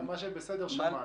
מה שבסדר שמענו.